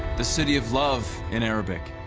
the city of love, in arabic.